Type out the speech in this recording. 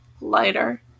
lighter